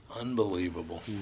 Unbelievable